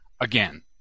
again